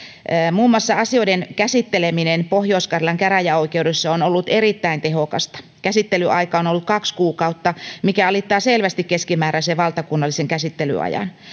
muun muassa asioiden käsitteleminen pohjois karjalan käräjäoikeudessa on ollut erittäin tehokasta käsittelyaika on ollut kaksi kuukautta mikä alittaa selvästi keskimääräisen valtakunnallisen käsittelyajan